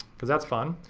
cause that's fun.